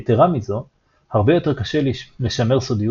יתרה מזו הרבה יותר קשה לשמר סודיות